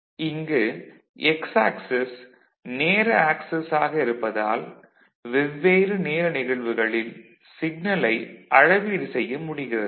இங்கு X axis நேர axis ஆக இருப்பதால் வெவ்வேறு நேர நிகழ்வுகளில் சிக்னலை அளவீடு செய்ய முடிகிறது